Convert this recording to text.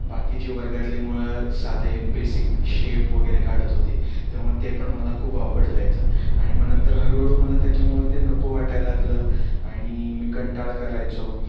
बाकीची वर्गातली मुळं साधे बेसिक शेप वगैरे काढत होती तेव्हा ते पण मला खूप अवघड जायचं आणि मग नंतर हळूहळू मला त्याच्यामुळं ते नको वाटायला लागलं आणि मी कंटाळ करायचो